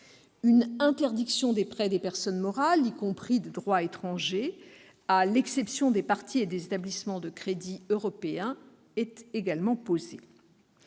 Une interdiction des prêts des personnes morales, y compris de droit étranger, à l'exception des partis et des établissements de crédit européens est également posée.